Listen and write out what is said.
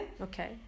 Okay